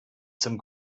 zum